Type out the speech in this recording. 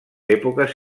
èpoques